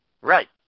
Right